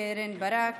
קרן ברק,